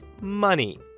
money